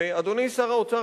אדוני שר האוצר,